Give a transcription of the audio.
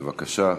בבקשה.